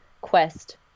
Quest